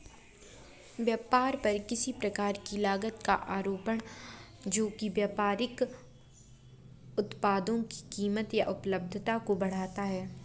व्यापार पर किसी प्रकार की लागत का आरोपण जो कि व्यापारिक उत्पादों की कीमत या उपलब्धता को बढ़ाता है